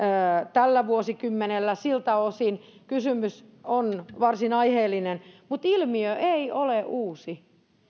tällä vuosikymmenellä siltä osin kysymys on varsin aiheellinen mutta ilmiö ei ole uusi